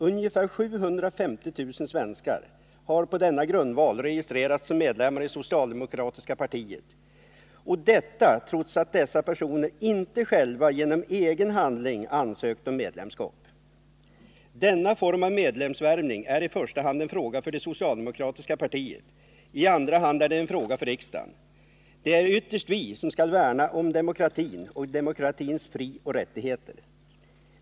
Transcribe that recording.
Ungefär 750 000 svenskar har på denna grundval registrerats som medlemmar i socialdemokratiska partiet, trots att dessa personer inte själva genom en egen handling ansökt om medlemskap. Denna form av medlemsvärvning är i första hand en fråga för det socialdemokratiska partiet. I andra hand är det en fråga för riksdagen. Det är ytterst vi som skall värna om demokratin och demokratins frioch rättigheter.